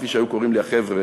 כפי שהיו קוראים לי החבר'ה